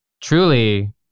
Truly